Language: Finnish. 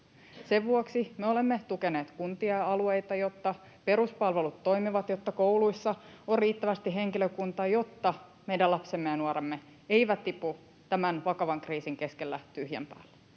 Sen vuoksi me olemme tukeneet kuntia ja alueita, jotta peruspalvelut toimivat, jotta kouluissa on riittävästi henkilökuntaa, jotta meidän lapsemme ja nuoremme eivät tipu tämän vakavan kriisin keskellä tyhjän päälle.